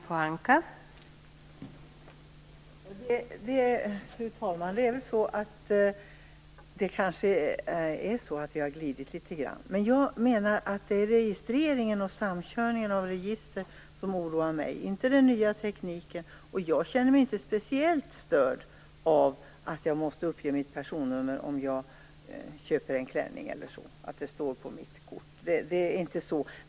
Fru talman! Det är kanske så att vi har glidit litet grand. Det är registreringen och samkörningen av register som oroar mig, inte den nya tekniken. Jag känner mig inte speciellt störd av att jag måste uppge mitt personnummer om jag köper en klänning. Det är inte så.